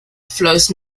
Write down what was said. flows